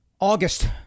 August